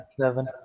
Seven